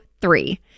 three